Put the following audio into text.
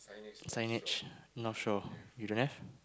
signage Northshore you don't have